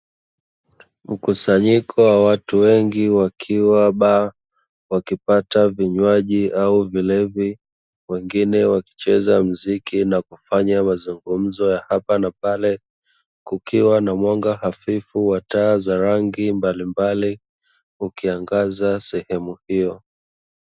Mkusanyiko wa watu wengi, wakiwa baa wakipata vinywaji au vilevi wengine wakicheza mziki na kufanya mazungumzo ya hapa na pale, huku kukiwa na mwanga hafifu na taa za rangi mbalimbali zikiangaza sehemu hiyo.